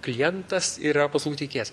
klientas yra paslaugų teikėjas